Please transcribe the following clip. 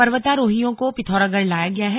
पर्वतारोहियों को पिथौरागढ़ लाया गया है